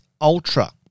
Ultra